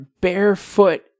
barefoot-